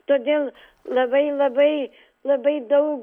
todėl labai labai labai daug